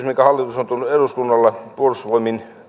minkä hallitus on tuonut eduskunnalle puolustusvoimista